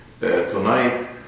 tonight